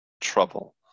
trouble